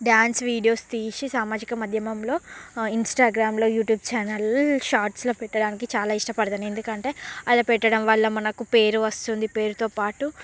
dance videos తీసి సామజిక మాధ్యమంలో ఇన్స్టాగ్రామ్లో యూట్యూబ్ ఛానల్ షార్ట్స్లో పెట్టడానికి చాలా ఇష్టపడతాను ఎందుకంటే అలా పెట్టడం వల్ల మనకి పేరు వస్తుంది పేరుతో పాటు